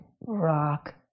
rock